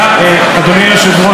אדוני היושב-ראש,